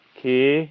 Okay